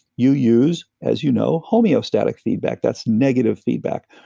you use, as you know, homeostatic feedback. that's negative feedback,